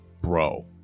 Bro